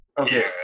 okay